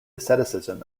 asceticism